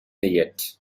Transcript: yet